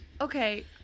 okay